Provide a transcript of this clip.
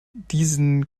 diesen